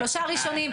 שלושה ראשונים,